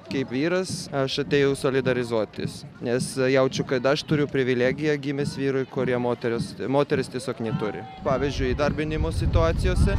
kaip vyras aš atėjau solidarizuotis nes jaučiu kad aš turiu privilegiją gimęs vyrai kurie moteris moteris tiesiog neturi pavyzdžiui įdarbinimo situacijose